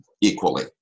equally